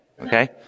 Okay